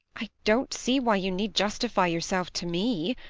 i don't see why you need justify yourself to me.